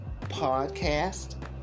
podcast